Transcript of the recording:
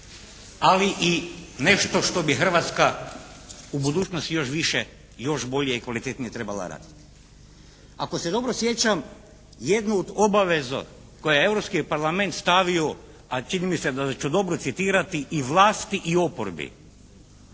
ali i nešto što bi Hrvatska u budućnosti još više, još bolje i kvalitetnije trebala raditi. Ako se dobro sjećam jednu od obaveza koju je Europsku parlament stavio, a čini mi se da ću dobro citirati, i vlasti i oporbi